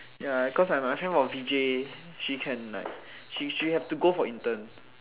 ya cause like my friend was from V_J she can like she have to go for intern